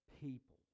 people